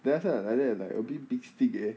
then I was like like that like a bit big stick eh